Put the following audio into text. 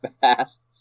fast